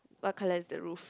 what color is the roof